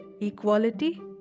equality